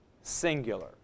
singular